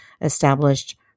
established